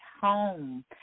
home